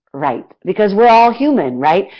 right, because we are all human, right?